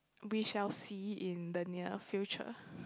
we shall see in the near future